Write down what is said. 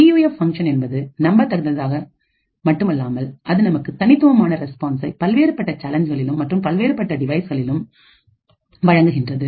PUF function என்பது நம்பத் தகுந்ததாக மட்டுமல்லாமல் அது நமக்கு தனித்துவமான ரெஸ்பான்ஸை பல்வேறுபட்ட சேலஞ்ச்களிலும் மற்றும் பல்வேறுபட்ட டிவைஸ்களிலும் வழங்குகின்றது